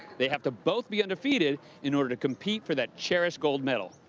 they have to both be undefeated in order to compete for that cherished gold medal.